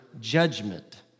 judgment